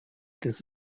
this